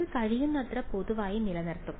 ഇത് കഴിയുന്നത്ര പൊതുവായി നിലനിർത്തും